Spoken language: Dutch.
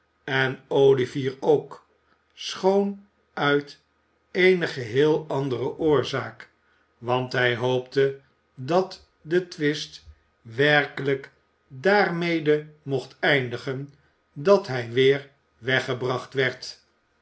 en olivier ook schoon uit eene geheel andere oorzaak want hij hoopte dat de twist werkelijk daarmede mocht eindigen dat hij weer weggebracht werd